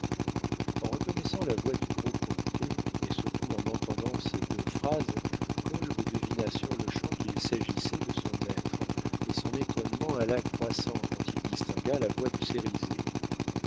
en reconnaissant la voix du gros cointet mais surtout en entendant ces deux phrases kolb devina sur-le-champ qu'il s'agissait de son maître et son étonnement alla croissant quand il distingua la voix de